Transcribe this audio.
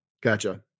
gotcha